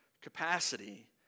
capacity